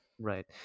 Right